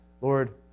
Lord